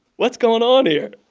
what's going on here?